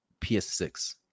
PS6